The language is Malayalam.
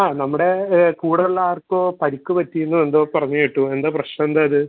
ആ നമ്മുടെ കൂടെയുള്ള ആർക്കോ പരിക്ക് പറ്റിയെന്നോ എന്തോ പറഞ്ഞ് കേട്ടു എന്താണ് പ്രശ്നം എന്താണ് അത്